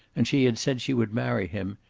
and she had said she would marry him,